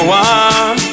one